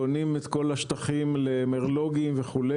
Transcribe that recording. קונים את כל השטחים למרלו"גים וכו',